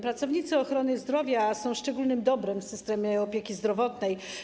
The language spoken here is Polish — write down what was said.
Pracownicy ochrony zdrowia są szczególnym dobrem w systemie opieki zdrowotnej.